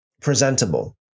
presentable